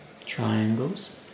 triangles